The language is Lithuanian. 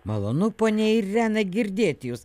malonu ponia irena girdėti jus